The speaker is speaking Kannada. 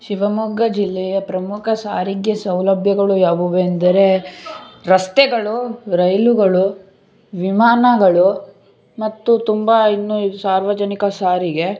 ಶಿವಮೊಗ್ಗ ಜಿಲ್ಲೆಯ ಪ್ರಮುಖ ಸಾರಿಗೆ ಸೌಲಭ್ಯಗಳು ಯಾವುವೆಂದರೆ ರಸ್ತೆಗಳು ರೈಲುಗಳು ವಿಮಾನಗಳು ಮತ್ತು ತುಂಬ ಇನ್ನೂ ಈ ಸಾರ್ವಜನಿಕ ಸಾರಿಗೆ